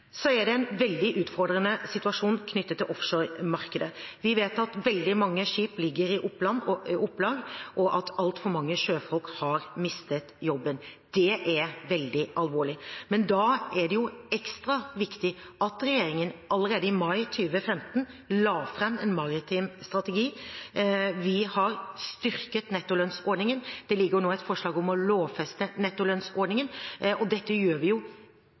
Så er det en veldig utfordrende situasjon knyttet til offshoremarkedet. Vi vet at veldig mange skip ligger i opplag, og at altfor mange sjøfolk har mistet jobben. Det er veldig alvorlig. Men da er det jo ekstra viktig at regjeringen allerede i mai 2015 la fram en maritim strategi. Vi har styrket nettolønnsordningen, det ligger nå et forslag om å lovfeste nettolønnsordningen. Dette gjør vi